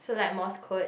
so like morse code